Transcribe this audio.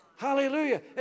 Hallelujah